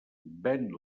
ven